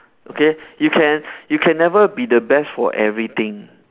okay you can you can never be the best for everything